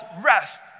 rest